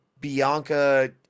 Bianca